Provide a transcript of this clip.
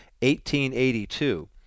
1882